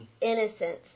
innocence